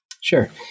Sure